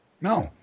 No